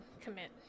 commit